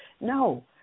No